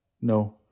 no